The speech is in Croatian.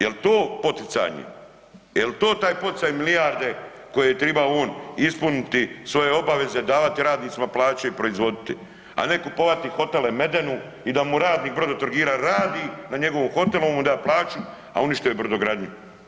Jel to poticanje, jel to taj poticaj milijarde koje je on tribao ispuniti svoje obaveze, davati radnicima plaću i proizvoditi, a ne kupovati hotele Medenu i da mu radnik Brodotrogira radi na njegovom hotelu, on mu da plaću, a uništio je brodogradnju.